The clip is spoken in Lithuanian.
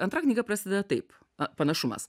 antra knyga prasideda taip panašumas